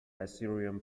assyrian